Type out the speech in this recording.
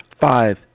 five